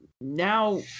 now